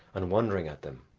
and wondering at them.